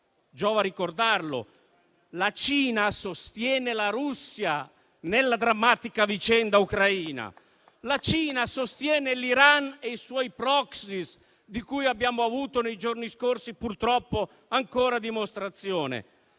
giova ricordarlo. La Cina sostiene la Russia nella drammatica vicenda ucraina. La Cina sostiene l'Iran e i suoi *proxies*, di cui abbiamo avuto nei giorni scorsi, purtroppo, ancora dimostrazione.